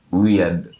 weird